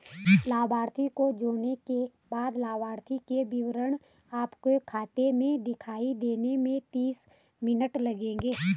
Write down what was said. लाभार्थी को जोड़ने के बाद लाभार्थी के विवरण आपके खाते में दिखाई देने में तीस मिनट लगेंगे